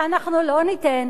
ואנחנו לא ניתן,